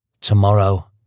Tomorrow